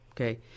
Okay